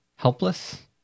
helpless